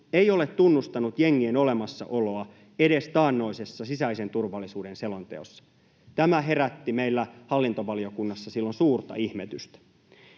ei ole tunnustanut jengien olemassaoloa edes taannoisessa sisäisen turvallisuuden selonteossa. Tämä herätti meillä hallintovaliokunnassa silloin suurta ihmetystä.